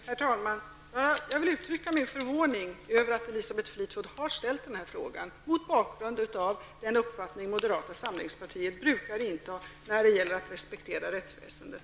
Herr talman! Jag vill uttrycka min förvåning över att Elisabeth Fleetwood har ställt denna fråga, mot bakgrund av den uppfattning som moderata samlingspartiet brukar ha när det gäller att respektera rättsväsendet.